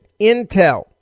intel